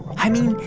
i mean,